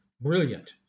brilliant